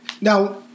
Now